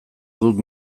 dut